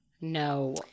no